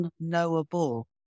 unknowable